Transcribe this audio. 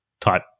Type